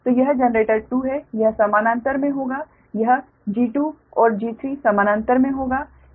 तो यह जनरेटर 2 है यह समानांतर में होगा यह G2 और G3 समानांतर में होगा